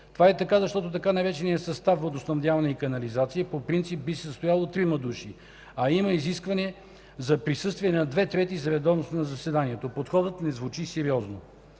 Това е така, защото така нареченият състав „Водоснабдяване и канализация” по принцип би се състоял от трима души, а има изисквания за присъствие на две трети за редовност на заседанието. Подходът не звучи сериозно.